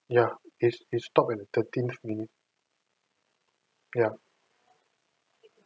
ya it's it's stopped at the thirteenth minute ya